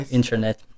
internet